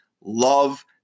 Love